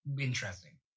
interesting